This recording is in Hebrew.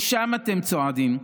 לשם אתם צועדים.